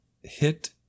hit